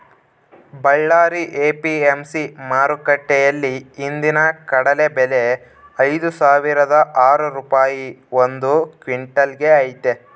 Ballari APMC ಮಾರುಕಟ್ಟೆಯಲ್ಲಿ ಇಂದಿನ ಕಡಲೆ ಬೆಲೆ ಐದುಸಾವಿರದ ಆರು ರೂಪಾಯಿ ಒಂದು ಕ್ವಿನ್ಟಲ್ ಗೆ ಐತೆ